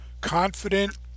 confident